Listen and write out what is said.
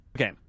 okay